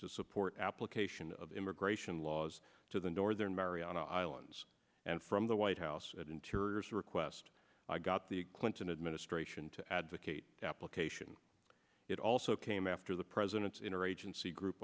to support application of immigration laws to the northern mariana islands and from the white house at interiors request i got the clinton administration to advocate application it also came after the president's interagency group